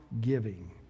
giving